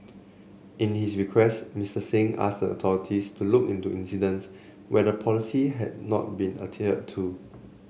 in his request Mr Singh asked a authorities to look into incidents when the policy had not been adhered to